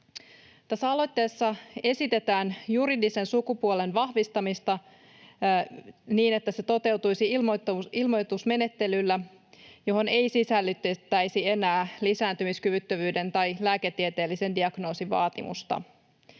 Tässä aloitteessa esitetään juridisen sukupuolen vahvistamista niin, että se toteutuisi ilmoitusmenettelyllä, johon ei sisällytettäisi enää lisääntymiskyvyttömyyden tai lääketieteellisen diagnoosin vaatimusta,